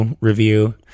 review